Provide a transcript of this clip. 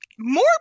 More